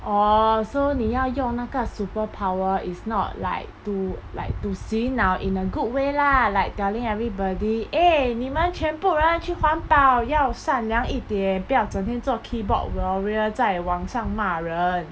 orh so 你要用那个 superpower is not like to like to 洗脑 in a good way lah like telling everybody eh 你们全部人要去环保要善良一点不要整天做 keyboard warrior 在网上骂人